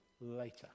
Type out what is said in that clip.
later